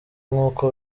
nk’uko